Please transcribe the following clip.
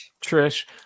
Trish